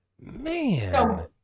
man